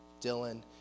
Dylan